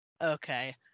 Okay